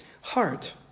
heart